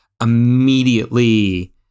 immediately